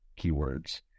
keywords